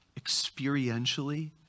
experientially